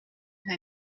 nka